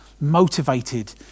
motivated